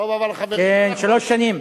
כן, שלוש שנים.